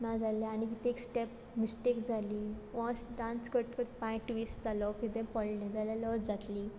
नाजाल्यार आनी कितें एक स्टॅप मिस्टेक जाली वोस डांस करत करत पांय ट्विस्ट जालो किदें पडलें जाल्या लज जातली